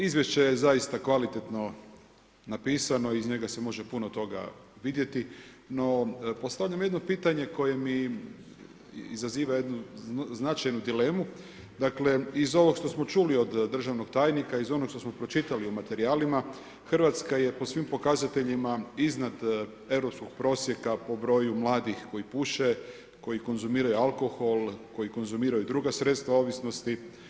Izvješće je zaista kvalitetno napisano iz njega se može puno toga vidjeti, no postavljam jedno pitanje koje mi izaziva jednu značajnu dilemu, dakle iz ovog što smo čuli od državnog tajnika, iz onog što smo pročitali u materijalima Hrvatska je po svim pokazateljima iznad europskog prosjeka po broju mladih koji puše, koji konzumiraju alkohol, koji konzumiraju druga sredstva ovisnosti.